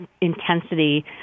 intensity